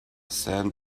sand